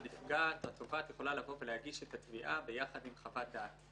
התובעת יכולה להגיש את התביעה יחד עם חוות דעת.